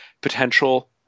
potential